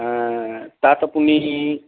তাত আপুনি